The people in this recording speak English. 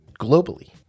globally